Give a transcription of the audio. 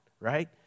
right